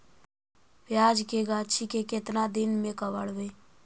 प्याज के गाछि के केतना दिन में कबाड़बै?